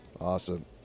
awesome